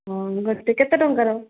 ହଁ ଗୋଟେ କେତେ ଟଙ୍କାର